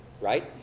right